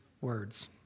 words